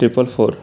triple four